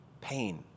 pain